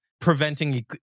preventing